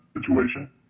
situation